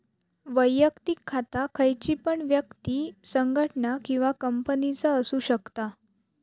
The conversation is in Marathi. वैयक्तिक खाता खयची पण व्यक्ति, संगठना किंवा कंपनीचा असु शकता